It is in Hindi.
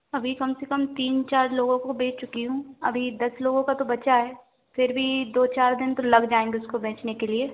अभी कम से कम तीन चार लोगों को बेच चुकी हूँ अभी दस लोगों का तो बचा है फिर भी दो चार दिन तो लग जाएंगे उसको बेचने के लिए